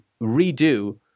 redo